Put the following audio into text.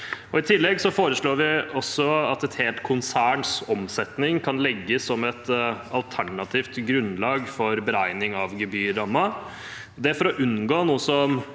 I tillegg foreslår vi at et helt konserns omsetning kan legges som et alternativt grunnlag for beregning av gebyrramme, for å unngå noe som